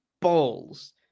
balls